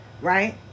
Right